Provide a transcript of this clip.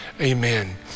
amen